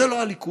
זה לא הליכוד,